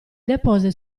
depose